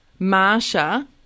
Marsha